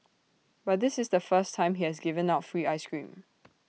but this is the first time he has given out free Ice Cream